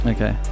Okay